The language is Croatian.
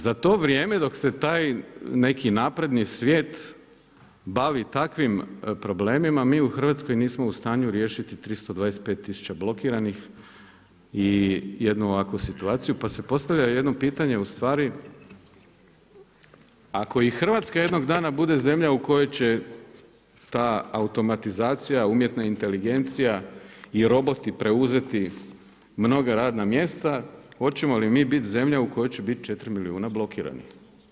Za to vrijeme dok se taj neki napredni svijet bavi takvim problemima, mi u Hrvatskoj nismo u stanju riješiti 325 000 blokiranih i jednu ovakvu situaciju pa se postavlja jedno pitanje ustvari, ako i Hrvatska jednog dana bude i zemlja u koju će ta automatizacija, umjetna inteligencija i roboti preuzeti mnoga radna mjesta, hoćemo li mi bit zemlja u kojoj će bit 4 milijuna blokiranih?